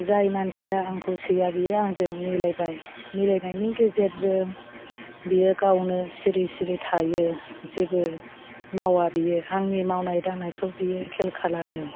जाय मानसिया आंखौ सैया बियो आंजों मिलायबाय मिलायनायनि गेजेरजों बेयो गावनो सिरि सिरि थायो जेबो मावा बियो आंनि मावनाय दांनायखौ बियो खेल खालामो